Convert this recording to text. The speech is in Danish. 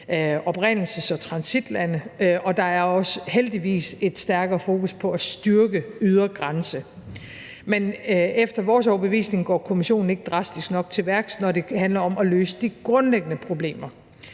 oprindelses- og transitlande, og der er også heldigvis et stærkere fokus på at styrke ydre grænse. Men efter vores overbevisning går Kommissionen ikke drastisk nok til værks, når det handler om at løse de grundlæggende problemer.